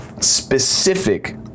specific